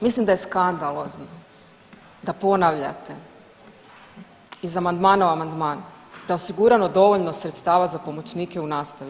Mislim da je skandalozno da ponavljate iz amandmana u amandman da je osigurano dovoljno sredstava za pomoćnike u nastavi.